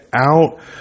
out